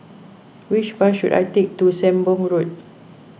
which bus should I take to Sembong Road